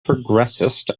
progressist